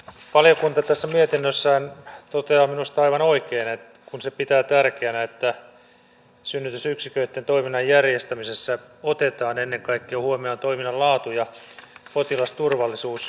valiokunta tässä mietinnössään toteaa minusta aivan oikein kun se pitää tärkeänä että synnytysyksiköitten toiminnan järjestämisessä otetaan ennen kaikkea huomioon toiminnan laatu ja potilasturvallisuus